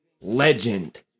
legend